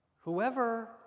Whoever